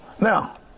Now